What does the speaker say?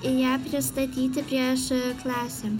ir ją pristatyti prieš klasę